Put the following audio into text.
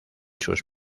sus